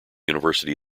university